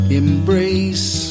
embrace